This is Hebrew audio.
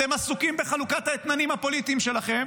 אתם עסוקים בחלוקת האתננים הפוליטיים שלכם,